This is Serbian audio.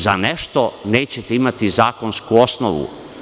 Za nešto nećete imati zakonsku osnovu.